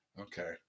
Okay